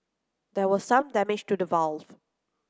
there was some damage to the valve